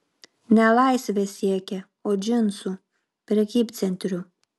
ne laisvės siekė o džinsų prekybcentrių